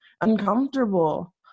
uncomfortable